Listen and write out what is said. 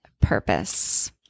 purpose